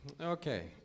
Okay